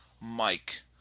Mike